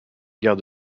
guerre